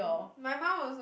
my mum also